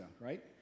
right